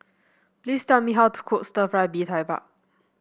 please tell me how to cook stir fry Bee Tai Bak